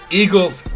eagles